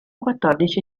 quattordici